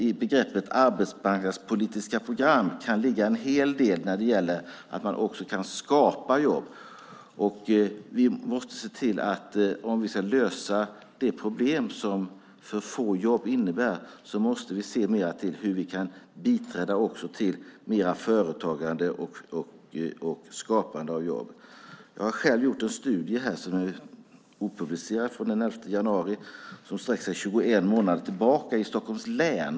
I begreppet "arbetsmarknadspolitiska program" kan ligga en hel del när det gäller att också skapa jobb, och om vi ska lösa de problem som för få jobb innebär måste vi se mer till hur vi ytterligare kan biträda företagande och skapande av jobb. Jag har själv gjort en opublicerad studie. Den är från den 11 januari och sträcker sig 21 månader tillbaka i Stockholms län.